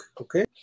okay